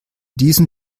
diesem